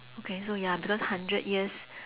okay so ya because hundred years